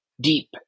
deep